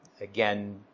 again